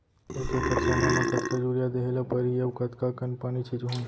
एक एकड़ चना म कतका यूरिया देहे ल परहि अऊ कतका कन पानी छींचहुं?